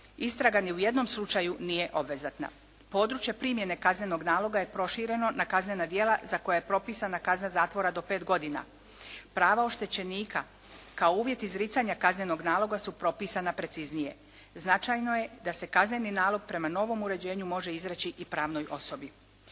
istraga ni u jednom slučaju nije obvezatna. Područje primjene kaznenog naloga je prošireno na kaznena djela za koja ja propisana kazna zatvora do 5 godina. Prava oštećenika kao uvjet izricanja kaznenog naloga su propisana preciznije. Značajno je da se kazneni nalog prema novom uređenju može izreći i pravnoj osobi.